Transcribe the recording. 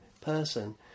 person